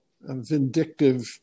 vindictive